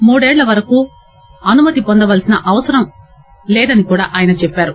మూడేళ్ల వరకు అనుమతి పొందాల్పిన అవసరం లేదని కూడా ఆయన చెప్పారు